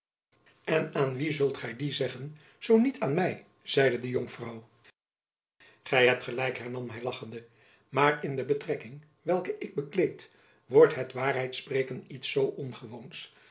en aan wie zult gy die zeggen zoo niet aan my zeide de jonkvrouw gy hebt gelijk hernam hy lachende maar in de betrekking welke ik bekleed wordt het waarheid spreken iets zoo ongewoons